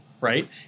right